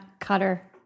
Cutter